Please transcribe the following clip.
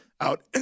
out